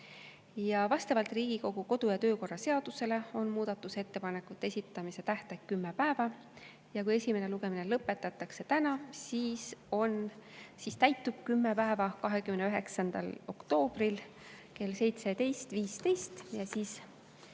Vastavalt Riigikogu kodu‑ ja töökorra seadusele on muudatusettepanekute esitamise tähtaeg kümme päeva. Kui esimene lugemine lõpetatakse täna, siis täitub kümme päeva 29. oktoobril kell 17.15